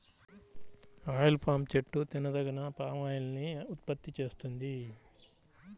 oil palm చెట్టు తినదగిన palm oil ని ఉత్పత్తి చేస్తుంది